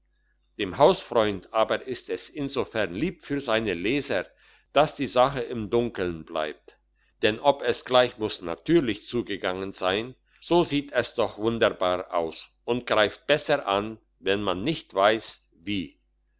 dem hausfreund aber ist es insofern lieb für seine leser dass die sache im dunkeln bleibt denn ob es gleich muss natürlich zugegangen sein so sieht es doch wunderbarer aus und greift besser an wenn man nicht weiss wie